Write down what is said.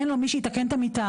אין לו מי שייתקן את המיטה,